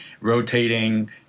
rotating